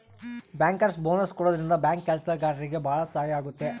bankers bonus ಕೊಡೋದ್ರಿಂದ bank ಕೆಲ್ಸಗಾರ್ರಿಗೆ ಭಾಳ ಸಹಾಯ ಆಗುತ್ತೆ